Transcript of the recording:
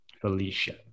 Felicia